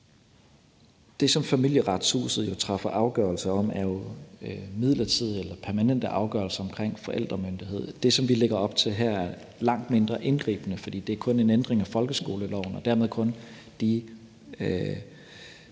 Det, som Familieretshuset træffer afgørelse om, er midlertidig eller permanente afgørelser omkring forældremyndighed. Det, som vi lægger op til her, er langt mindre indgribende, for det er kun en ændring af folkeskoleloven og angår dermed kun de